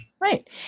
Right